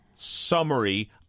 summary